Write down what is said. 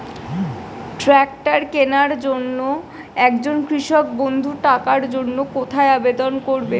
Tractor কিনার জন্য একজন কৃষক বন্ধু টাকার জন্য কোথায় আবেদন করবে?